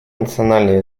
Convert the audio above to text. национальной